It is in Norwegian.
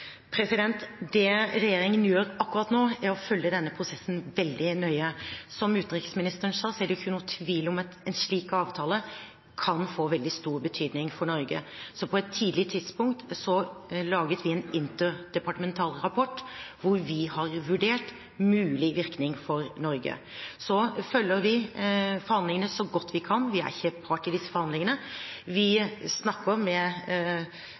Det regjeringen gjør akkurat nå, er å følge denne prosessen veldig nøye. Som utenriksministeren sa, er det ikke noen tvil om at en slik avtale kan få veldig stor betydning for Norge. På et tidlig tidspunkt laget vi en interdepartemental rapport hvor vi vurderte en mulig virkning for Norge. Så følger vi forhandlingene så godt vi kan – vi er ikke part i disse forhandlingene. Vi snakker med